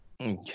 Okay